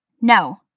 no